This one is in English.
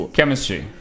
chemistry